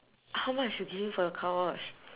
how much you give him for the car wash